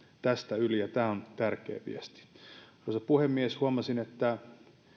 tästä yli tämä on tärkeä viesti arvoisa puhemies huomasin että